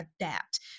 adapt